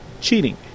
cheating